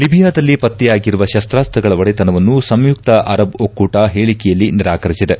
ಲಿಬಿಯಾದಲ್ಲಿ ಪತ್ತೆಯಾಗಿರುವ ಶಸ್ತಾಸ್ತಗಳ ಒಡೆತನವನ್ನು ಸಂಯುಕ್ತ ಅರಬ್ ಒಕ್ಕೂಟ ಹೇಳಕೆಯಲ್ಲಿ ನಿರಾಕರಿಸಿದೆ